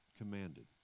Commanded